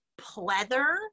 pleather